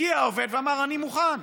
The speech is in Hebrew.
הגיע עובד ואמר: אני מוכן,